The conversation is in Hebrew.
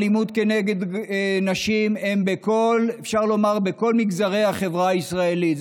אלימות כנגד נשים היא בכל מגזרי החברה הישראלית,